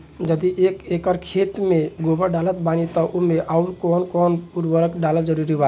यदि एक एकर खेत मे गोबर डालत बानी तब ओमे आउर् कौन कौन उर्वरक डालल जरूरी बा?